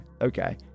okay